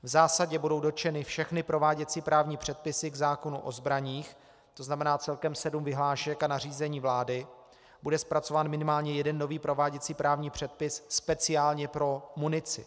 V zásadě budou dotčeny všechny prováděcí právní předpisy k zákonu o zbraních, tzn. celkem sedm vyhlášek a nařízení vlády, bude zpracován minimálně jeden nový prováděcí právní předpis speciálně pro munici.